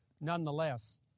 Nonetheless